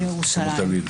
כמו תמיד.